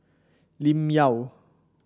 Lim Yau